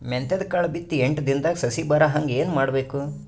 ಮೆಂತ್ಯದ ಕಾಳು ಬಿತ್ತಿ ಎಂಟು ದಿನದಾಗ ಸಸಿ ಬರಹಂಗ ಏನ ಮಾಡಬೇಕು?